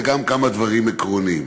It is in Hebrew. וגם כמה דברים עקרוניים.